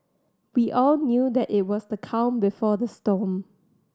we all knew that it was the calm before the storm